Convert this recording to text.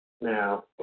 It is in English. Now